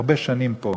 הרבה שנים פה.